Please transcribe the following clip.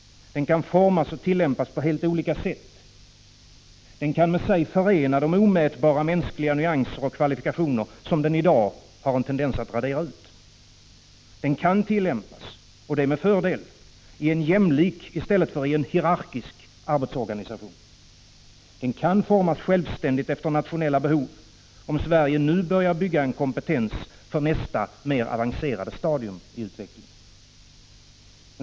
Den kan formas och tillämpas på helt olika sätt. Den kan med sig förena de omätbara mänskliga nyanser och kvalifikationer som den i dag tenderar att radera ut. Den kan tillämpas — och det med fördel — i en jämlik i stället för i en hierarkisk arbetsorganisation. Den kan formas självständigt efter nationella behov, om Sverige nu börjar bygga en kompetens för nästa, mer avancerade stadium i utvecklingen.